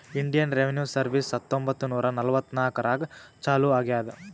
Indian revenue service ಹತ್ತೊಂಬತ್ತ್ ನೂರಾ ನಲ್ವತ್ನಾಕನಾಗ್ ಚಾಲೂ ಆಗ್ಯಾದ್